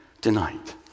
tonight